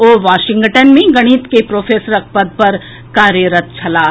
ओ Washington मे गणित के प्रोफेसरक पद पर कार्य कयलनि